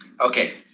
Okay